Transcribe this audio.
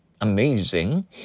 amazing